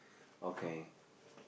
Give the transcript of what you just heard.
okay